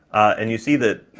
and you see that